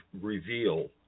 reveal